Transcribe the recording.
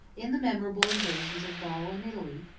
in the memorable invasions of gaul and italy,